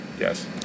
Yes